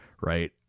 right